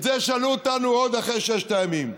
את זה שאלו אותנו עוד אחרי ששת הימים.